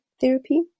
therapy